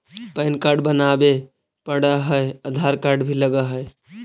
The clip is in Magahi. पैन कार्ड बनावे पडय है आधार कार्ड भी लगहै?